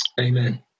Amen